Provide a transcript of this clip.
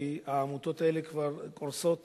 כי העמותות האלה כבר קורסות